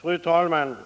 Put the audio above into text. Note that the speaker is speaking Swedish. Fru talman!